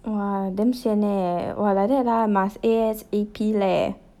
!wah! damn sian leh !wah! like that ah I must A_S_A_P leh